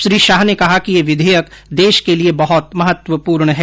श्री शाह ने कहा कि यह विधेयक देश के लिए बहत महत्वपूर्ण है